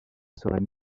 serait